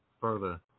further